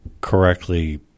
correctly